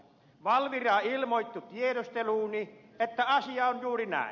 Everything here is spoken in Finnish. valvira ilmoitti tiedusteluuni että asia on juuri näin